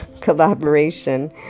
collaboration